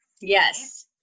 Yes